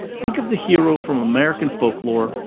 think of the hero from american folklore,